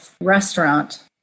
restaurant